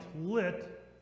lit